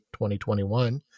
2021